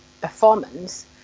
performance